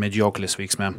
medžioklės veiksme